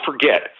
forget